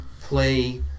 play